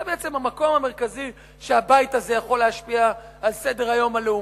זה בעצם המקום המרכזי שהבית הזה יכול להשפיע על סדר-היום הלאומי,